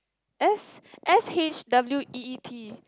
S_S_H_W_E_E_T